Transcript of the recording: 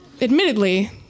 Admittedly